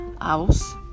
house